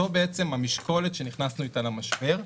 זו המשקולת שנכנסנו איתה למשבר.